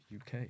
UK